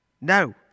No